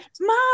mom